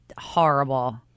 horrible